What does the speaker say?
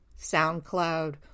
SoundCloud